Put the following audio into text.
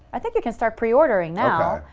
i think you can start pre-ordering now.